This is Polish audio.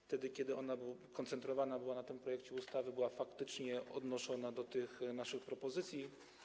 Wtedy kiedy ona koncentrowana była na tym projekcie ustawy, była faktycznie odnoszona do tych naszych propozycji.